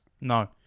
No